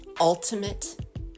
ultimate